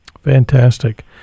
Fantastic